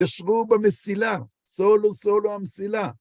ישרו במסילה, סולו-סולו המסילה.